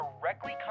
directly